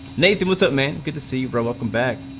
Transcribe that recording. maybe was a man can see broken back